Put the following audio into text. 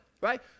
right